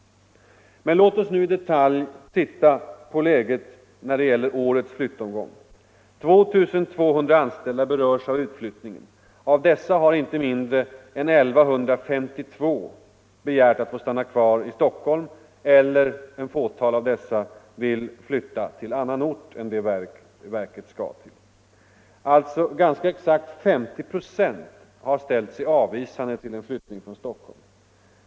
Men låt oss nu i detalj titta på läget när det gäller årets flyttomgång. 2 200 anställda berörs av utflyttningen. Av dessa har inte mindre än 1152 begärt att få stanna kvar i Stockholm eller — ett fåtal — flytta till annan ort än den som verket skall till. Det är alltså ganska exakt 50 96 som har ställt sig avvisande till en flyttning från Stockholm.